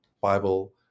Bible